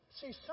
See